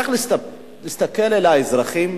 צריך להסתכל על האזרחים